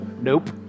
Nope